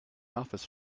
office